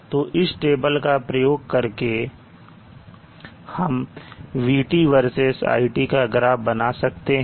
तो इस टेबल का प्रयोग करके हम VT वर्सेस iT का ग्राफ बना सकते हैं